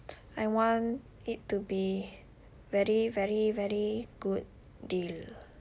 I want it to be very very very good deal